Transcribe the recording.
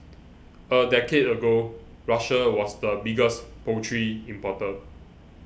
a decade ago Russia was the biggest poultry importer